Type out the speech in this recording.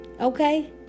Okay